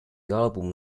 album